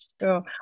Sure